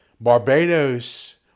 Barbados